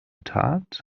tat